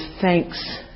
thanks